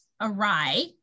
awry